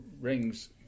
rings